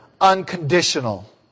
unconditional